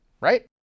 right